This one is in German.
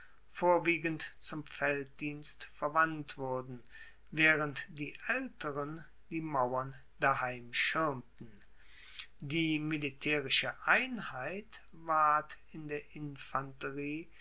vorwiegend zum felddienst verwandt wurden waehrend die aelteren die mauern daheim schirmten die militaerische einheit ward in der infanterie